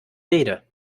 rede